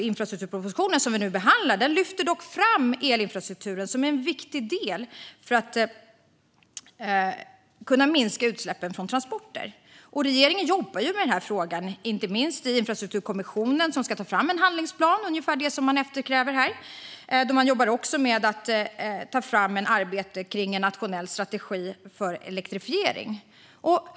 Infrastrukturpropositionen, som vi nu behandlar, lyfter dock fram elinfrastrukturen som en viktig del för att man ska kunna minska utsläppen från transporter. Och regeringen jobbar med den frågan, inte minst i en infrastrukturkommission som ska ta fram en handlingsplan - det är ungefär det som man eftersträvar här. Man jobbar också med att ta fram ett arbete kring en nationell strategi för elektrifiering.